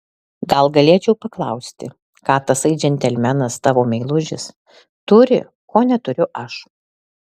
gal galėčiau paklausti ką tasai džentelmenas tavo meilužis turi ko neturiu aš